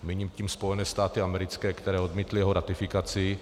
Míním tím Spojené státy americké, které odmítly jeho ratifikaci.